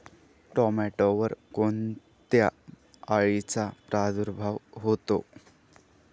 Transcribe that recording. टोमॅटोवर कोणत्या अळीचा प्रादुर्भाव होतो?